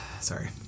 sorry